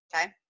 okay